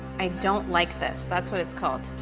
i don't like this. that's what it's called.